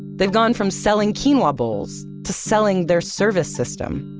they've gone from selling quinoa bowls to selling their service system.